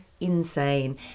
insane